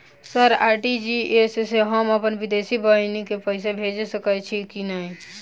Sir RTGS सँ हम अप्पन विदेशी बहिन केँ पैसा भेजि सकै छियै की नै?